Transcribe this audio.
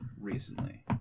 recently